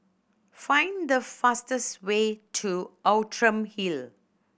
find the fastest way to Outram Hill